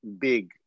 big